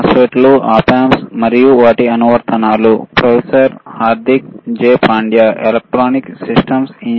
స్వాగతం